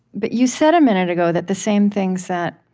but you said a minute ago that the same things that